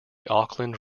auckland